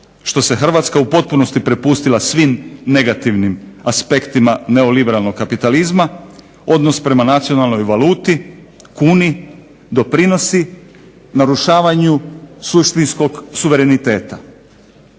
što se Hrvatska u potpunosti prepustila svim negativnim aspektima neoliberalnog kapitalizma, odnos prema nacionalnoj valuti kuni doprinosi narušavanju suštinskog suvereniteta.